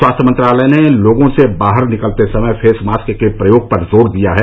स्वास्थ्य मंत्रालय ने लोगों से बाहर निकलते समय फेस मास्क के प्रयोग पर जोर दिया है